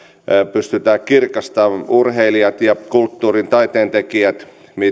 pystytään kirkastamaan urheilijat ja kulttuurin taiteentekijät